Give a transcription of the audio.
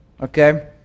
Okay